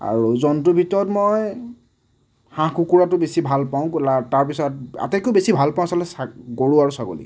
আৰু জন্তুৰ ভিতৰত মই হাঁহ কুকুৰাটো বেছি ভালপাঁও তাৰপিছত আটাইতকৈ বেছি ভালপাঁও আচলতে গৰু আৰু ছাগলী